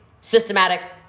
systematic